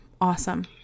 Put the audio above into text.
awesome